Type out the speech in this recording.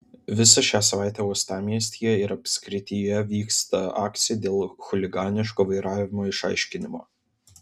visą šią savaitę uostamiestyje ir apskrityje vyksta akcija dėl chuliganiško vairavimo išaiškinimo